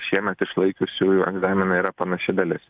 šiemet išlaikiusiųjų egzaminą yra panaši dalis